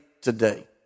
today